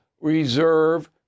reserve